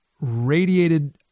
radiated